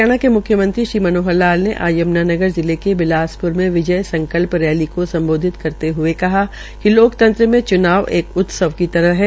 हरियाणा के म्ख्यमत्री मनोहर लापल ने आज यम्नानगर जिले के बिलास प्र में विजय संकल्प रैली को सम्बोधित करते हये कहा कि लोकतंत्र में च्नाव एक उत्वस की तरह है